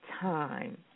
time